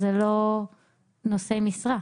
זה לא נושא משרה.